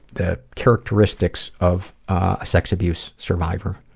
the characteristics, of a sex abuse survivor,